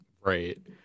right